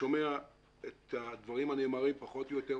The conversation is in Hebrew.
שומע את הדברים הנאמרים פחות או יותר,